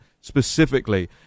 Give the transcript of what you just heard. specifically